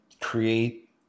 create